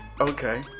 Okay